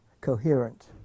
coherent